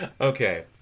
Okay